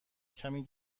کمی